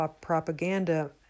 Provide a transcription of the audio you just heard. propaganda